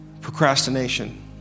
Procrastination